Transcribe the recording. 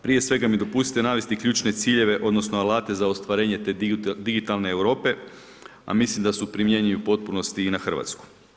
Prije svega mi dopustite navesti ključne ciljeve odnosno alate za ostvarenje te digitalne Europe, a mislim da su primjenjivi u potpunosti na Hrvatsku.